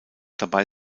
dabei